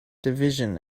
division